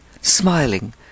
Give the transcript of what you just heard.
smiling